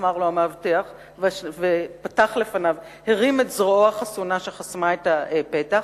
אמר לו המאבטח והרים את זרועו החסונה שחסמה את הפתח,